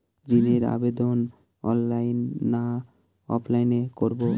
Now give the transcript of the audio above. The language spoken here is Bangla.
ঋণের আবেদন অনলাইন না অফলাইনে করব?